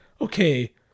okay